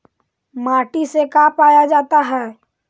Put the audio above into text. माटी से का पाया जाता है?